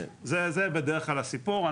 זה בדרך כלל הסיפור.